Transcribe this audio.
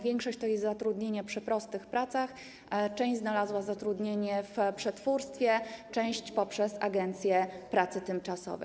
Większość to jest zatrudnienie przy prostych pracach, część znalazła zatrudnienie w przetwórstwie, część poprzez agencje pracy tymczasowej.